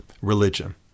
religion